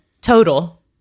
total